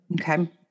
Okay